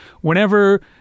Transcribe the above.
Whenever